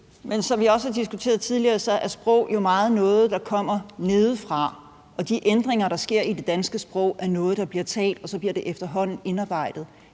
Men som vi også har diskuteret tidligere, er sproget jo meget noget, der kommer nedefra, og de ændringer, der sker i det danske sprog, er noget, der bliver talt, og så bliver det efterhånden indarbejdet.